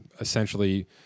essentially –